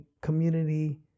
community